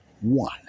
one